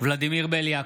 ולדימיר בליאק,